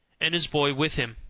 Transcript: and his boy with him.